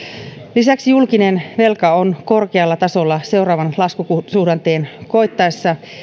lisäksi julkinen velka on korkealla tasolla seuraavan laskusuhdanteen koittaessa